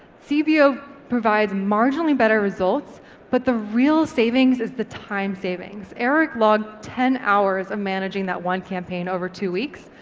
cbo provides marginally better results but the real savings is the time savings. eric logged ten hours of managing that one campaign over two weeks,